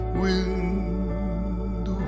wind